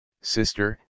sister